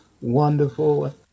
wonderful